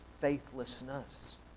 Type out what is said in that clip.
faithlessness